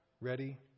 ready